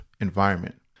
environment